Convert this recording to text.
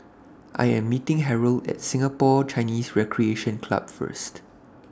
I Am meeting Harrold At Singapore Chinese Recreation Club First